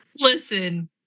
Listen